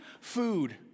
food